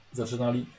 zaczynali